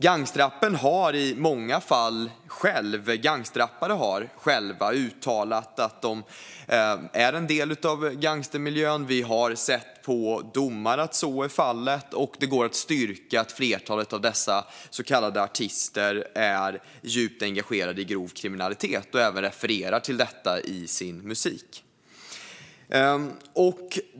Gangsterrappare har många gånger själva uttalat att de är en del av gangstermiljön. Vi har i domar sett att så är fallet, och det går att styrka att flertalet av dessa så kallade artister är djupt engagerade i grov kriminalitet och även refererar till detta i sin musik.